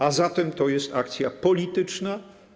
A zatem to jest akcja polityczna.